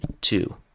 Two